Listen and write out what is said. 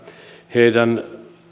heidän